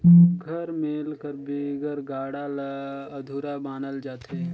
सुग्घर मेल कर बिगर गाड़ा ल अधुरा मानल जाथे